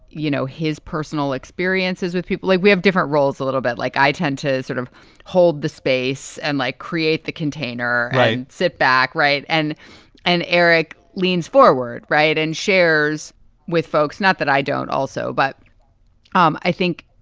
you know, his personal experiences with people like we have different roles, a little bit like i tend to sort of hold the space and like create the container. i sit back. right. and and eric leans forward. right. and shares with folks. not that i don't also. but um i think,